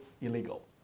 illegal